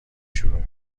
شروع